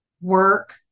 work